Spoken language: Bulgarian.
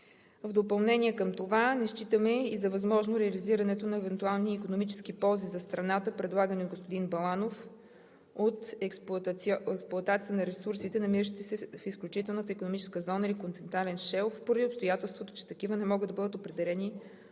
В допълнение към това – не считаме за възможно реализирането на евентуални икономически ползи за страната, предлагани от господин Баланов, от експлоатацията на ресурсите, намиращи се в изключителната икономическа зона или континентален шелф поради обстоятелството, че такива не могат да бъдат определени около